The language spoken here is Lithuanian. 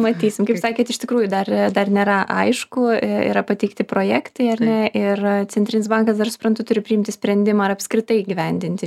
matysim kaip sakėt iš tikrųjų dar dar nėra aišku yra pateikti projektai ar ne ir centrinis bankas dar suprantu turi priimti sprendimą ar apskritai įgyvendinti